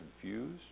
confused